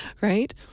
Right